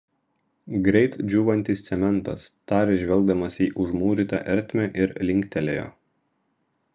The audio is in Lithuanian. greit džiūvantis cementas tarė žvelgdamas į užmūrytą ertmę ir linktelėjo